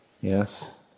yes